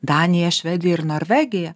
daniją švediją ir norvegiją